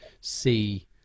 see